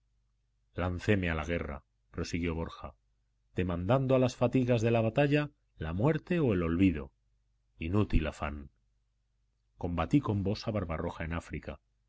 canonizado lancéme a la guerra prosiguió borja demandando a las fatigas de la batalla la muerte o el olvido inútil afán combatí con vos a barbarroja en áfrica